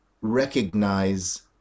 recognize